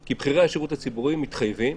כי בכירי השירות הציבורי מתחייבים